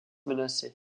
menacées